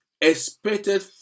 expected